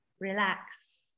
relax